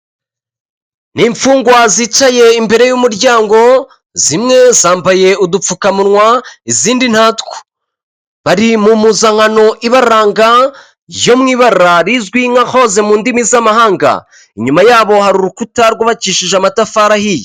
Imfungwa zicaye imbere y'umuryango zimwe zambaye udupfukamunwa izindi bari imppuzankano ibaranga vyow ibara rizwi nka hoze mu ndimi z'amahanga inyuma yaho hari urukuta rwubakishije amatafari ahiye.